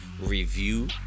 review